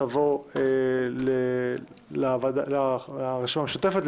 תעבור לרשימה המשותפת,